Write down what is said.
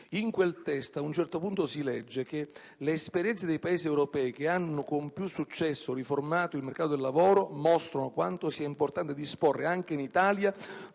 In quel testo, ad un certo punto, si legge: «Le esperienze dei paesi europei che hanno con più successo riformato il mercato del lavoro, mostrano quanto sia importante disporre anche in Italia